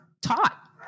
taught